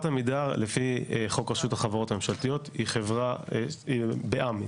לפי חוק רשות החברות הממשלתיות חברת עמידר היא חברה בע"מ.